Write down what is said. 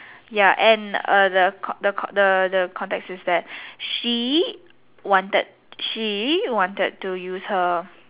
ya and err the con~ the con~ the context is that she wanted she wanted to use her